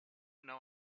know